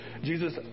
Jesus